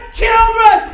children